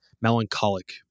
melancholic